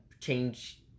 change